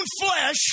flesh